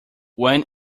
when